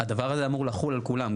הדבר הזה אמור לחול על כולם.